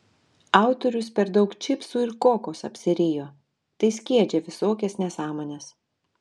autorius per daug čipsų ir kokos apsirijo tai skiedžia visokias nesąmones